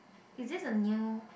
is this a new